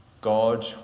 God